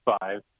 Five